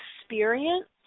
experience